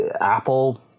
apple